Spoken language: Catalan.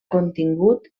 contingut